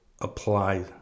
apply